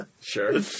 Sure